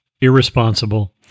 irresponsible